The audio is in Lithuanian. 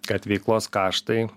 kad veiklos kaštai